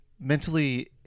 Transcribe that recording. mentally